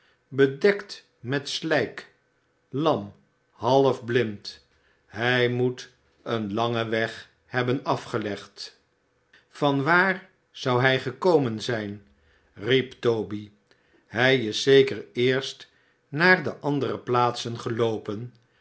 bedekt met slijk lam half blind hij moet een langen weg hebben afgelegd van waar zou hij gekomen zijn riep toby hij is zeker eerst naar de andere plaatsen geloopen